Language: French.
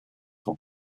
ans